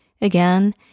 Again